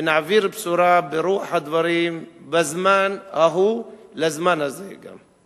ונעביר בשורה ברוח הדברים בזמן ההוא לזמן הזה גם.